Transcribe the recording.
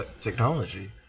technology